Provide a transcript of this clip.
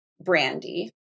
brandy